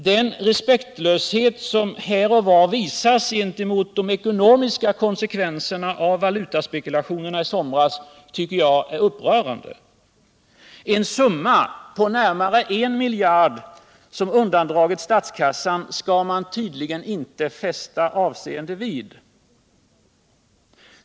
Den respektlöshet som här och var visas gentemot de ekonomiska konsekvenserna av valutaspekulationerna i somras tycker jag är upprörande. En summa på närmare en miljard som undandragits statskassan skall man tydligen inte fästa avseende vid.